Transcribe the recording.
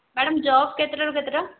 madam job କେତେଟାରୁ କେତେଟା